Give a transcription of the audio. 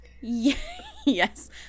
yes